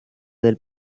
del